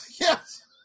Yes